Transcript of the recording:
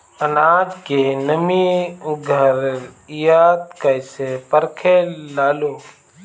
आनाज के नमी घरयीत कैसे परखे लालो?